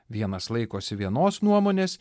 vienas laikosi vienos nuomonės